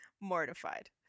mortified